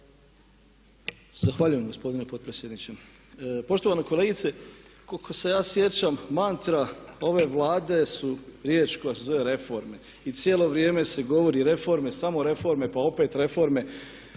Zahvaljujem gospodine potpredsjedniče. Poštovana kolegice, koliko se ja sjećam mantra ove Vlade su riječ koja se zove reforme i cijelo vrijeme se govori reforme, samo reforme pa opet reforme.